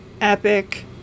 epic